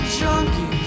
junkie